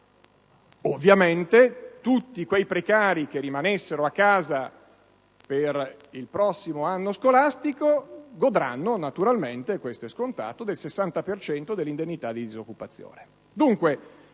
Ovviamente, tutti quei precari che rimanessero a casa per il prossimo anno scolastico godranno - questo è scontato - del 60 per cento dell'indennità di disoccupazione.